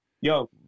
Yo